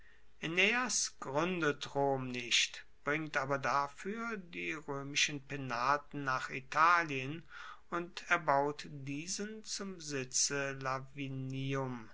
gruendet rom nicht bringt aber dafuer die roemischen penaten nach italien und erbaut diesen zum sitze lavinium